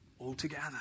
altogether